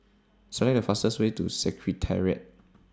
Select The fastest Way to Secretariat